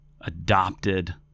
adopted